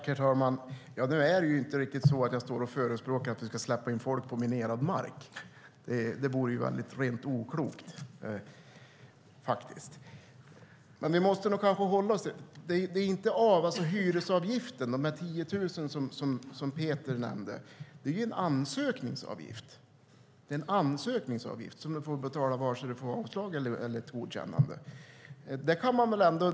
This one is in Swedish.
Herr talman! Nu förespråkar jag inte att vi ska släppa in folk på minerad mark. Det vore rent oklokt. De 10 000 kronor i avgift som Peter nämnde handlar inte om hyra. Det är en ansökningsavgift som man får betala vare sig man får avslag eller godkännande.